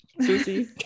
Susie